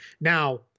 Now